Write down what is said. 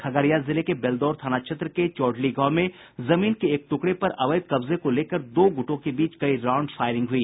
खगड़िया जिले के बेलदौर थाना क्षेत्र के चौढली गांव में जमीन के एक ट्रुकड़े पर अवैध कब्जे को लेकर दो गुटों के बीच कई राउंड फायरिंग हुई